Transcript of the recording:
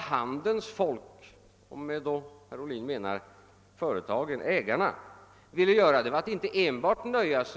Handelns folk — ägarna — om det är dessa herr Ohlin menar — ville inte nöja sig enbart